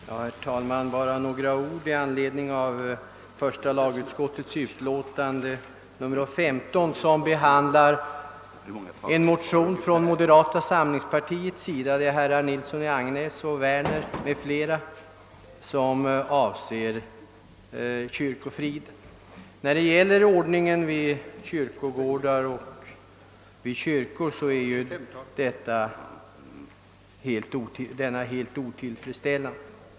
Herr talman! Bara några ord i anledning av första lagutskottets utlåtande nr 15, vari behandlas ett motionspar från moderata samlingspartiet, av herrar Nilsson i Agnäs, Werner m.fl., som avser kyrkofriden. Ordningen vid våra kyrkogårdar och kyrkor är ju helt otillfredsställande.